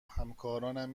همکارانم